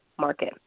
market